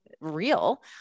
real